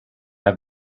have